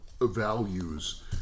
values